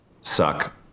suck